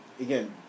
again